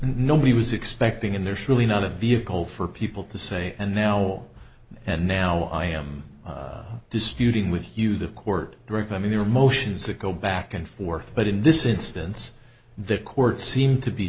nobody was expecting and there's really not a vehicle for people to say and now and now i am disputing with you the court direct i mean your emotions that go back and forth but in this instance the court seemed to be